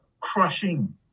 crushing